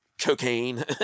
cocaine